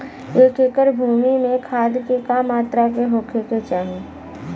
एक एकड़ भूमि में खाद के का मात्रा का होखे के चाही?